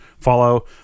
follow